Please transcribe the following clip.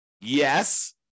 Yes